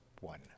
one